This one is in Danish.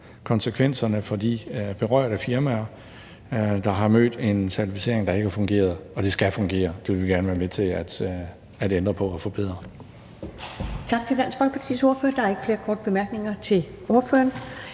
konsekvenserne for de berørte firmaer, der har mødt en certificering, der ikke har fungeret, og det skal fungere. Og det vil vi gerne være med til at ændre på og forbedre.